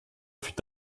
fut